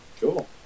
Cool